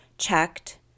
checked